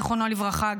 זיכרונו לברכה,